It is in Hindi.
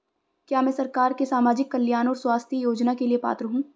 क्या मैं सरकार के सामाजिक कल्याण और स्वास्थ्य योजना के लिए पात्र हूं?